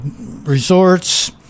resorts